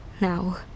Now